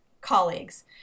colleagues